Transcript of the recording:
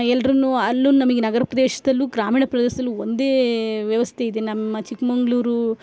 ಎಲ್ರೂ ಅಲ್ಲು ನಮಗೆ ನಗರ ಪ್ರದೇಶದಲ್ಲು ಗ್ರಾಮೀಣ ಪ್ರದೇಶದಲ್ಲು ಒಂದೇ ವ್ಯವಸ್ಥೆ ಇದೆ ನಮ್ಮ ಚಿಕ್ಕಮಂಗ್ಳೂರು